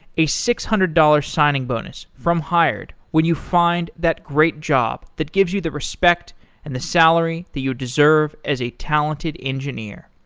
a six hundred dollars signing bonus from hired when you find that great job that gives you the respect and the salary that you deserve as a talented engineer.